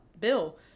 Bill